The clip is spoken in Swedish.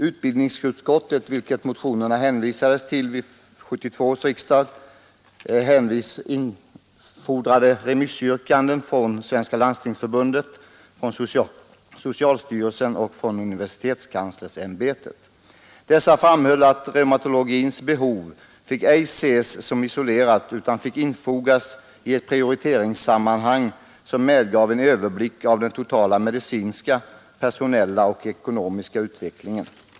Utbildningsutskottet, vilket motionerna hänvisades till vid 1972 års riksdag, infordrade remissyttranden från Svenska landstingsförbundet, från socialstyrelsen och från universitetskanslersämbetet. Dessa framhöll att reumatologins behov ej fick ses isolerat utan borde infogas i ett prioriteringssammanhang, som medgav en överblick av den totala medicinska, personella och ekonomiska utvecklingen.